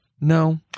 No